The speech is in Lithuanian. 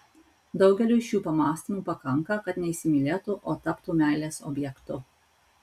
daugeliui šių pamąstymų pakanka kad neįsimylėtų o taptų meilės objektu